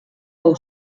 pou